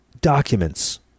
documents